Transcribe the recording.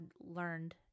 learned